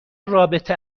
رابطه